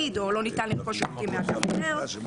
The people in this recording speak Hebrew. או שלא ניתן לרכוש את השירותים מספק אחר.